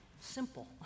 Simple